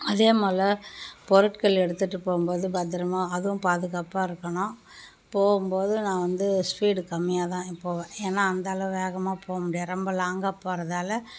அதே போல பொருட்கள் எடுத்துகிட்டு போகும்போது பத்திரமா அதுவும் பாதுகாப்பாக இருக்கணும் போகும்போது நான் வந்து ஸ்பீடு கம்மியாக தான் போவேன் ஏன்னால் அந்த அளவு வேகமாக போக முடியாது ரொம்ப லாங்காக போகிறதால